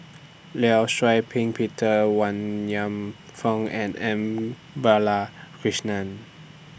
law Shau Ping Peter Wan Kam Fook and M Balakrishnan